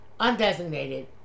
undesignated